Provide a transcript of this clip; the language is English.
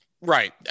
Right